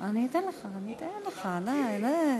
בסדר, אני אתן לך, די, די,